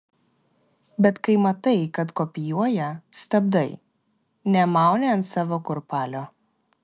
bet kai matai kad kopijuoja stabdai nemauni ant savo kurpalio